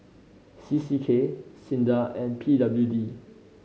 C C K SINDA and P W D